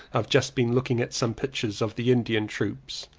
i've just been looking at some pictures of the indian troops.